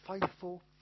faithful